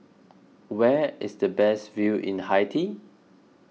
where is the best view in Haiti